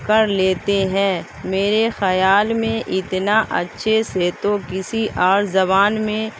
کر لیتے ہیں میرے خیال میں اتنا اچھے سے تو کسی اور زبان میں